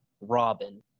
Robin